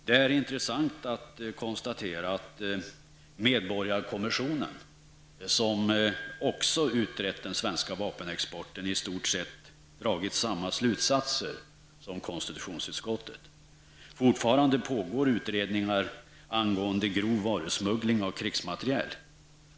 Det är intressant att konstatera att medborgarkommissionen, som också har utrett frågan om den svenska vapenexporten, i stort sett dragit samma slutsatser som konstitutionsutskottet. Fortfarande pågår utredningar angående grov varusmuggling av krigsmateriel.